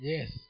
Yes